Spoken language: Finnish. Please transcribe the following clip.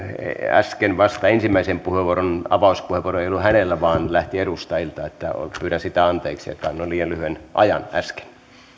äsken vasta ensimmäisen puheenvuoron avauspuheenvuoro ei ollut hänellä vaan lähti edustajilta pyydän sitä anteeksi että annoin liian lyhyen ajan äsken